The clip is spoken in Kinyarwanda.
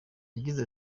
yagize